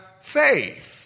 faith